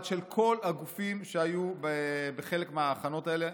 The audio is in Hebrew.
של כל הגופים שהיו בחלק מההכנות האלה.